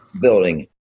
building